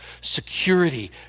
security